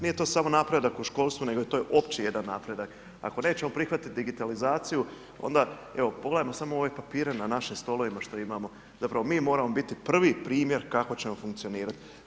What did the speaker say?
Nije to samo napredak u školstvu, nego, to je opći jedan napredak, ako nećemo prihvatiti digitalizaciju, onda evo pogledajmo samo ove papire na našim stolovima što imamo, zapravo mi moramo biti prvi primjer kako ćemo funkcionirat.